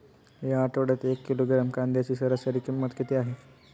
या आठवड्यात एक किलोग्रॅम कांद्याची सरासरी किंमत किती आहे?